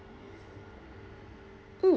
mm